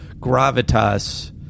gravitas